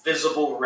Visible